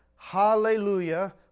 Hallelujah